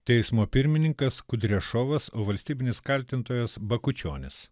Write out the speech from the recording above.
teismo pirmininkas kudrešovas o valstybinis kaltintojas bakučionis